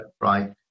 Right